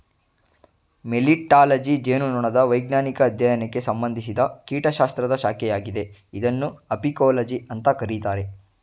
melittology ಜೇನುನೊಣದ ವೈಜ್ಞಾನಿಕ ಅಧ್ಯಯನಕ್ಕೆ ಸಂಬಂಧಿಸಿದ ಕೀಟಶಾಸ್ತ್ರದ ಶಾಖೆಯಾಗಿದೆ ಇದನ್ನು ಅಪಿಕೋಲಜಿ ಅಂತ ಕರೀತಾರೆ